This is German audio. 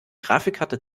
grafikkarte